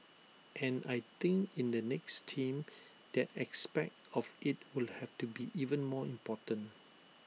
and I think in the next team that aspect of IT will have to be even more important